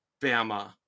Bama